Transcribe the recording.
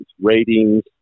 ratings